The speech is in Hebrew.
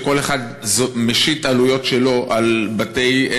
שכל אחד משית את העלויות שלו על בתי-מלון,